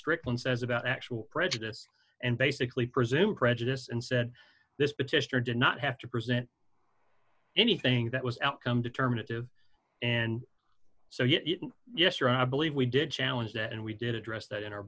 strickland says about actual prejudice and basically presumed prejudice and said this petitioner did not have to present anything that was outcome determinative and so yes yes or i believe we did challenge that and we did address that in our